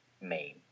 main